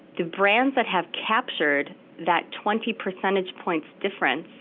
the brands that have captured that twenty percentage points difference,